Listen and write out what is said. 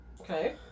Okay